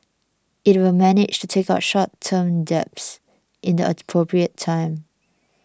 it will manage to take out short term debts in the appropriate time